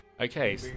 Okay